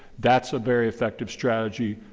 that's a very effective strategy,